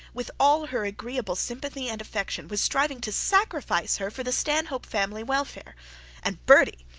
with all her agreeable sympathy and affection, was striving to sacrifice her for the stanhope family welfare and bertie,